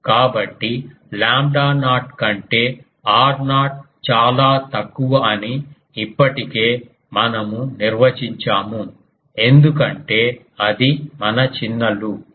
కాబట్టి lambda naught కంటే r0 చాలా తక్కువ అని ఇప్పటికే మనము నిర్వచించాము ఎందుకంటే అది మన చిన్న లూప్